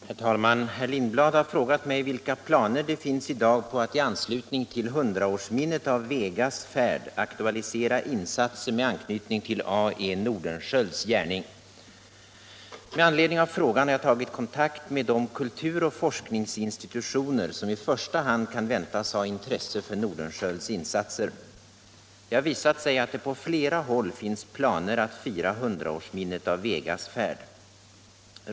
Herr talman! Herr Lindblad har frågat mig vilka planer det finns i - Nr 33 dag på att i anslutning till 100-årsminnet av Vegas färd aktualisera insatser med anknytning till A. E. Nordenskiölds gärning. Med anledning av frågan har jag tagit kontakt med de kulturoch forskningsinstitutioner som i första hand kan väntas ha intresse för Nor Om 100-årsminnet denskiölds insatser. Det har visat sig att det på flera håll finns planer — av Vegas färd att fira 100-årsminnet av Vegas färd.